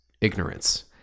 ignorance